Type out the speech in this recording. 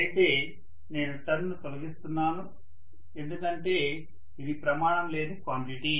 అయితే నేను టర్న్ ను తొలగిస్తున్నాను ఎందుకంటే ఇది ప్రమాణం లేని క్వాంటిటీ